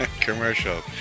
Commercial